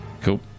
Cool